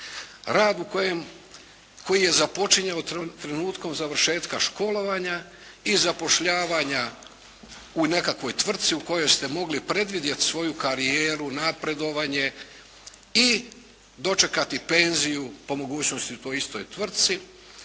koji je započinjao trenutkom završetka školovanja i zapošljavanja u nekakvoj tvrtci u kojoj ste mogli predvidjet svoju karijeru, napredovanje i dočekati penziju, po mogućnosti u toj istoj tvrtci